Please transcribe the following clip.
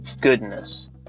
Goodness